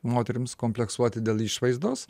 moterims kompleksuoti dėl išvaizdos